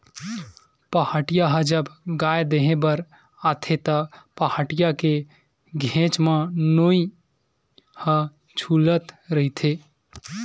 पहाटिया ह जब गाय दुहें बर आथे त, पहाटिया के घेंच म नोई ह छूलत रहिथे